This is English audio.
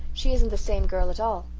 she isn't the same girl at all.